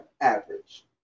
Average